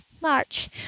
March